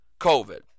COVID